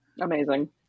Amazing